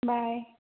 bye